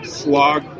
slog